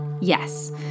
Yes